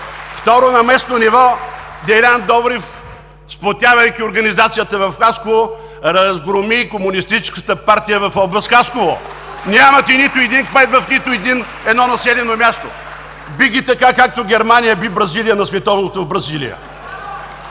Второ, на местно ниво Делян Добрев, сплотявайки организацията в Хасково, разгроми комунистическата партия в област Хасково. (Ръкопляскания от ГЕРБ.) Нямате нито един кмет в нито едно населено място. Би ги така, както Германия би Бразилия на Световното в Бразилия!